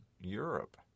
Europe